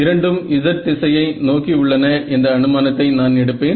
இரண்டும் z திசையை நோக்கி உள்ளன என்ற அனுமானத்தை நான் எடுப்பேன்